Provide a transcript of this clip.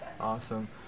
Awesome